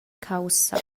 caussa